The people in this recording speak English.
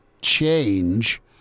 change